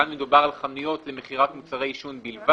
כאן מדובר בחנויות למכירת מוצרי עישון בלבד.